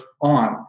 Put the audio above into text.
on